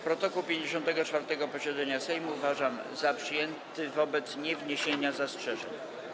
Protokół 54. posiedzenia Sejmu uważam za przyjęty wobec niewniesienia zastrzeżeń.